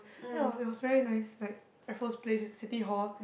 that was it was very nice like Raffles Place City Hall